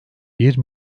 bir